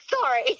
sorry